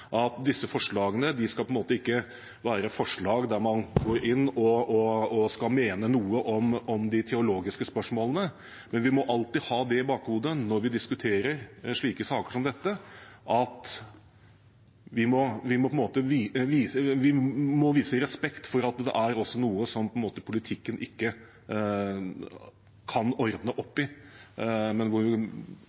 at disse forslagene ikke skal være forslag der man går inn og skal mene noe om de teologiske spørsmålene. Men vi må alltid ha det i bakhodet når vi diskuterer slike saker som dette, at vi må vise respekt for at det også er noe som politikken ikke kan ordne opp i. Som sagt: Jeg har forventninger til at også trossamfunn jobber med likestillingsspørsmål, men